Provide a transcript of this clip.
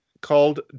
called